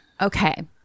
Okay